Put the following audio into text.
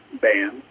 band